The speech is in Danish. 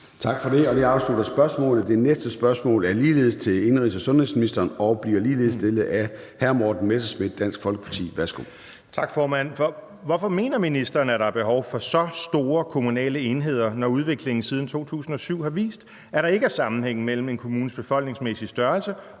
Medspørger: Peter Kofod (DF)). 6) Til indenrigs- og sundhedsministeren af: Morten Messerschmidt (DF) Hvorfor mener ministeren, at der er behov for så store kommunale enheder, når udviklingen siden 2007 har vist, at der ikke er sammenhæng mellem en kommunes befolkningsmæssige størrelse